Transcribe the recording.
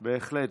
בהחלט.